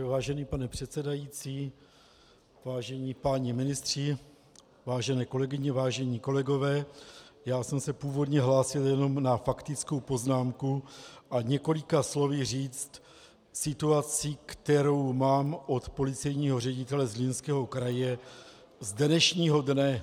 Vážený pane předsedající, vážení páni ministři, vážené kolegyně, vážení kolegové, já jsem se původně hlásil jenom na faktickou poznámku a několika slovy říct situaci, kterou mám od policejního ředitele Zlínského kraje z dnešního dne.